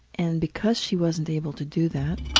and because she wasn't able to do that,